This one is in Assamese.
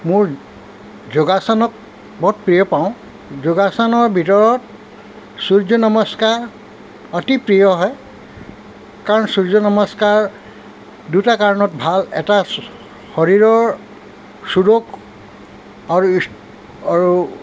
মোৰ যোগাসনক বৰ প্ৰিয় পাওঁ যোগাসনৰ ভিতৰত সূৰ্য নমস্কাৰ অতি প্ৰিয় হয় কাৰণ সূৰ্য্য নমস্কাৰ দুটা কাৰণত ভাল এটা শৰীৰৰ আৰু আৰু